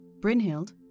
Brynhild